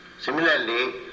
Similarly